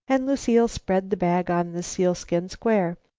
and lucile spread the bag on the sealskin square.